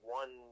one